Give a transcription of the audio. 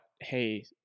hey